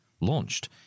launched